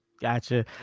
Gotcha